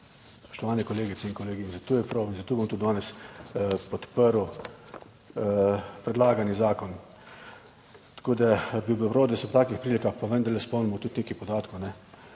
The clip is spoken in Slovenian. spoštovane kolegice in kolegi, in zato je prav in zato bom tudi danes podprl predlagani zakon. Tako, da bi bilo prav, da se ob takih prilikah pa vendarle spomnimo tudi nekaj podatkov.